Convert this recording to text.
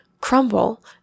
crumble